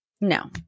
no